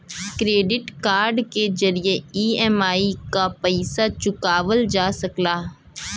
credit card के जरिये EMI क पइसा चुकावल जा सकला